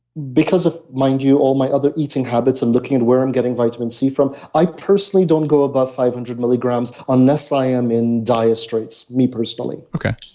because ah mind you, all my other eating habits and looking at where i'm getting vitamin c from, i personally don't go above five hundred milligrams, unless i am in dire straits, me personally.